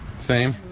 same